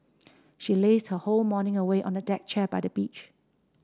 she lazed her whole morning away on a deck chair by the beach